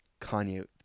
Kanye